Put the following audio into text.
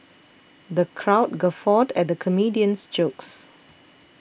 the crowd guffawed at the comedian's jokes